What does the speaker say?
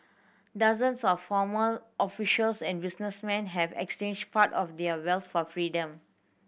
dozens of former officials and businessmen have exchanged part of their wealth for freedom